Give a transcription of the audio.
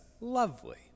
lovely